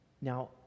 Now